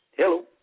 Hello